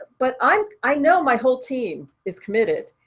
but i know my whole team is committed,